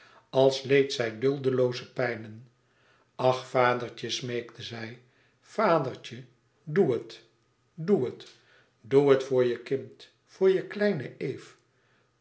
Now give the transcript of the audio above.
als leed zij duldelooze pijnen ach vadertje smeekte zij vadertje doe het doe het doe het voor je kind voor je kleine eve